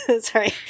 Sorry